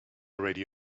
ready